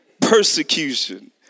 Persecution